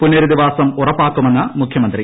പുനൃരധിവാസം ഉറപ്പാക്കുമെന്ന് മുഖ്യമന്ത്രി